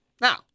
Now